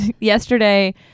Yesterday